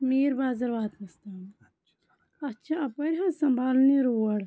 میٖر بازَر واتنَس تام اَتھ چھِ اَپٲرۍ حظ سنٛبھالن یہِ روڈ